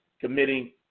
committing